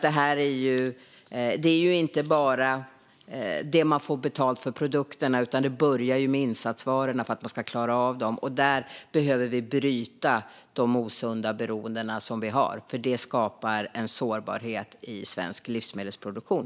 Det handlar inte bara om det man får betalt för produkterna. Det börjar med insatsvarorna för att man ska klara av dem. Här behöver vi bryta de osunda beroenden vi har, för de skapar en sårbarhet i svensk livsmedelsproduktion.